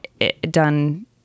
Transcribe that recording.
done